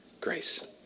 grace